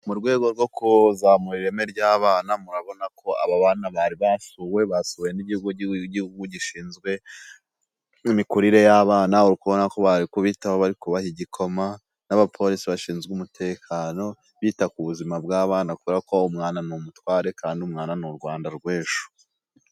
Mu rwego rwo kuzamura ireme ry'abana murabona ko abo bana bari basuwe ,basuwe n’igihugu igihugu gishinzwe imikurire y'abana urikubonako barikubitaho bari kubaha igikoma n'abapolisi bashinzwe umutekano bita ku buzima bw'abana kubera ko umwana ni umutware kandi umwana ni urwanda rw'ejo.